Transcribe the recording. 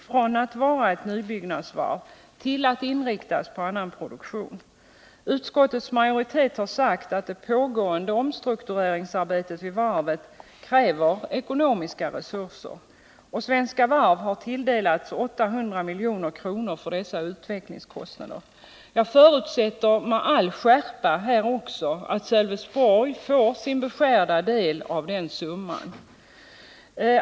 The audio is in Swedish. Från att ha varit ett nybyggnadsvarv har det alltmer inriktats på annan produktion. Utskottets majoritet har sagt att det pågående omstruktureringsarbetet vid varvet kräver ekonomiska resurser. Svenska Varv har tilldelats 800 milj.kr. för dessa utvecklingskostnader. Jag förutsätter med all skärpa här också att Sölvesborgsvarvet får sin beskärda del av den summan.